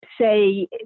say